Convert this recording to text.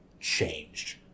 changed